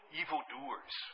evildoers